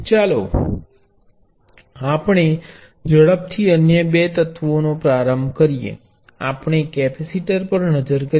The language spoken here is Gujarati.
ચાલો આપણે ઝડપથી અન્ય બે એલિમેન્ટો નો પ્રારંભ કરીએ આપણે કેપેસિટર પર નજર કરીએ